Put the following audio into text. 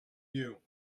you